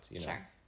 Sure